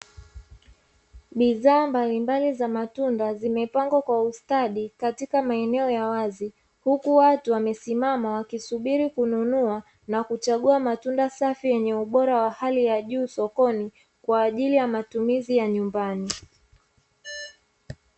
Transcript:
Bidhaa mbalimbali za matunda zimepangwa kwa ustadi katika maeneo ya wazi, huku watu wamesimama wakisubiri kununua na kuchagua matunda safi yenye ubora wa hali ya juu sokoni kwa ajili ya matumizi ya nyumbani.